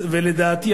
ולדעתי,